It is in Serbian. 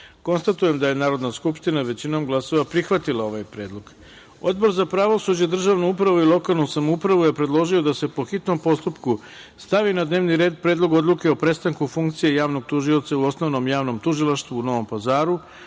poslanika. Konstatujem da je Narodna skupština, većinom glasova, prihvatila predlog. Odbor za pravosuđe, državnu upravu i lokalnu samoupravu je predložio da se, po hitnom postupku, stavi na dnevni red Predlog odluke o prestanku funkcije javnog tužioca u Osnovnom javnom tužilaštvu u Novom Pazaru,